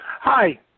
Hi